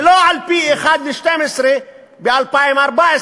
ולא על-פי 1 חלקי 12 של 2014,